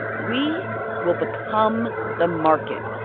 we will become the market.